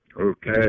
Okay